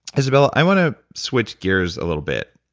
izabella, i want to switch gears a little bit.